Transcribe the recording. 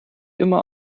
immer